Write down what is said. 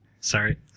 Sorry